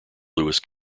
lewis